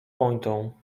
pointą